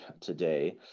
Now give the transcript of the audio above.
today